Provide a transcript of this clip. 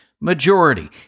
majority